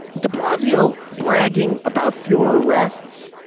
de blasio bragging about fewer arrests.